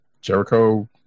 Jericho